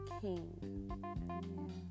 king